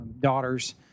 daughters